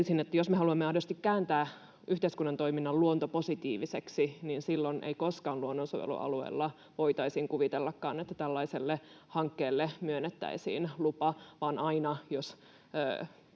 me haluamme aidosti kääntää yhteiskunnan toiminnan luontopositiiviseksi, niin silloin ei koskaan voitaisi kuvitellakaan, että luonnonsuojelualueella tällaiselle hankkeelle myönnettäisiin lupa, vaan aina, jos